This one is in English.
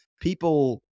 people